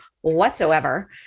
whatsoever